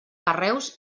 carreus